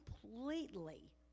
completely